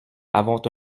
avons